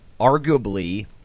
arguably